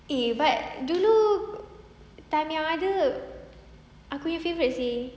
eh but dulu time yang ada aku nya favourite seh